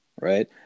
Right